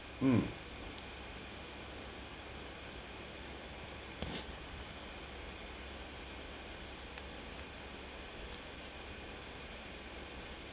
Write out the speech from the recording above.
mm